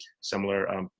similar